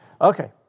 Okay